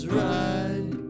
right